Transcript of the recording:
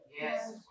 Yes